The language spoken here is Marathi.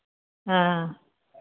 हां